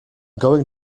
going